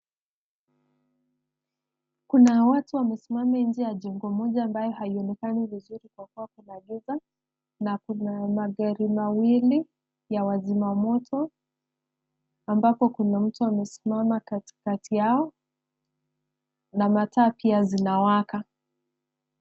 Kuna watu wamesimama nje ya jengo moja ambayo halionekani vizuri kwa kuwa kuna giza, na kuna magari mawili ya wazima moto, ambako kuna mtu amesimama katikati yao, na mataa pia zinawaka.